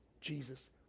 Jesus